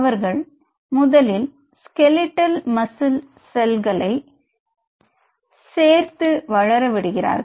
அவர்கள் முதலில் skeletal muscle செல்களை சீரத்தில் சேர்த்து வளர விடுகிறார்கள்